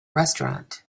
restaurant